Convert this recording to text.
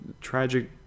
tragic